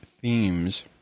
themes